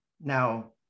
Now